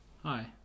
Hi